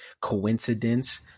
coincidence